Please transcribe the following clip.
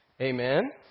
Amen